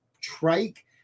trike